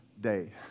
day